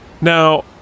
Now